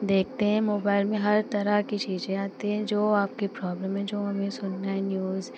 देखते हैं मोबाइल में हर तरह की चीज़ें आती हैं जो आपकी प्रॉब्लम है जो हमें सुनना है न्यूज़